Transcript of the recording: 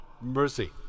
mercy